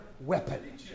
weapon